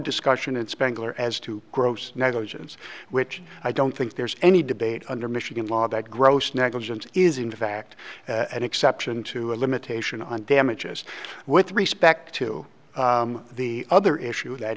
discussion in spangler as to gross negligence which i don't think there's any debate under michigan law that gross negligence is in fact an exception to a limitation on damages with respect to the other issue that